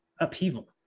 upheaval